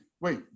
wait